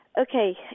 Okay